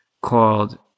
called